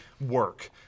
work